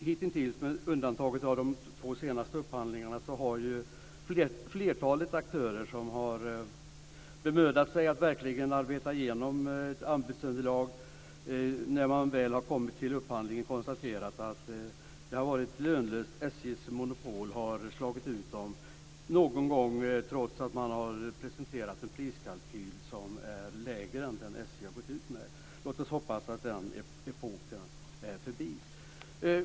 Hittills har flertalet aktörer som har bemödat sig med att arbeta fram ett anbudsunderlag kunnat konstatera att det, när de väl har kommit fram till upphandlingen, har varit lönlöst - med undantag för de två senaste upphandlingarna. SJ:s monopol har slagit ut dem. Någon gång har det skett trots att de har presenterat en lägre priskalkyl än den som SJ har gått ut med. Låt oss hoppas att den epoken är förbi.